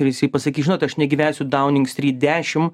ir jisai pasakys žinot aš negyvensiu dauning stryt dešim